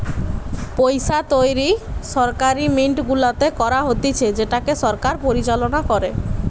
পইসা তৈরী সরকারি মিন্ট গুলাতে করা হতিছে যেটাকে সরকার পরিচালনা করে